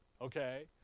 Okay